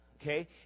okay